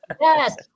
Yes